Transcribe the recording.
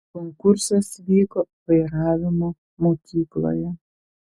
konkursas vyko vairavimo mokykloje